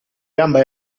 gamba